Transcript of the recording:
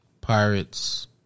Pirates